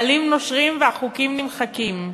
והעלים נושרים והחוקים נמחקים.